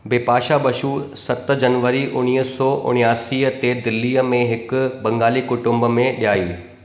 बिपाशा बसु सत जनवरी उणिवीह सौ उणासी ते दिल्लीअ में हिकु बंगाली कुटुंब में ॼाई